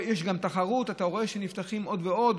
יש גם תחרות, אתה רואה שנפתחים עוד ועוד.